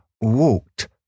walked